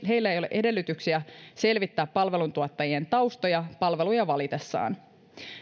heillä ei ole edellytyksiä selvittää palveluntuottajien taustoja palveluja valitessaan